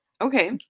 Okay